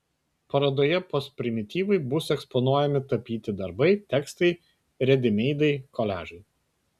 parodoje postprimityvai bus eksponuojami tapyti darbai tekstai redimeidai koliažai